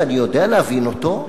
ואני יודע להבין אותו,